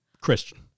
Christian